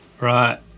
right